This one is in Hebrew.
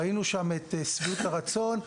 ראינו שם את שביעות הרצון.